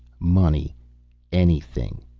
money anything.